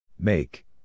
Make